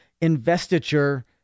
investiture